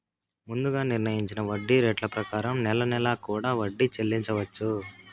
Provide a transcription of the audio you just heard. ముందుగా నిర్ణయించిన వడ్డీ రేట్ల ప్రకారం నెల నెలా కూడా వడ్డీ చెల్లించవచ్చు